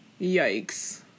Yikes